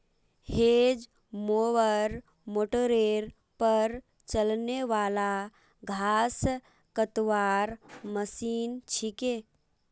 hedge mower मोटरेर पर चलने वाला घास कतवार मशीन छिके